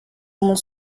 mult